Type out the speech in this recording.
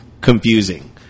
confusing